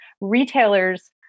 retailers